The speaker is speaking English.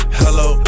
hello